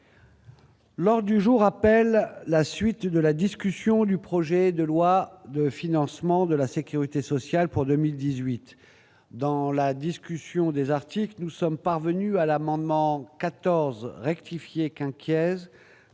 Lors du jour appelle la suite de la discussion du projet de loi de financement de la Sécurité sociale pour 2018 dans la discussion des articles, nous sommes parvenus à l'amendement 14 rectifier qu'inquiet